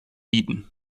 bieten